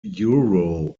euro